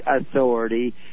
authority